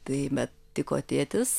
tai bet tiko tėtis